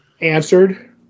Answered